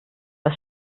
was